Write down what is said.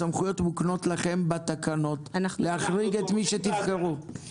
הסמכויות מוקנות לכם בתקנות להחריג את מי שתבחרו.